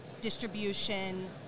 distribution